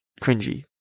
cringy